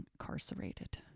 incarcerated